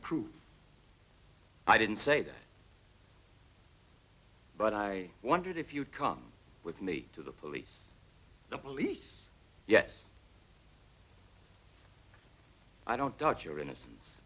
proof i didn't say that but i wondered if you'd come with me to the police the police yes i don't doubt your innocence